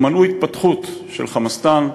ומנעו התפתחות של "חמאסטן",